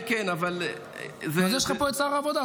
אז יש לך פה את שר העבודה.